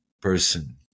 Person